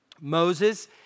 Moses